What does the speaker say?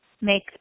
make